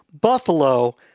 Buffalo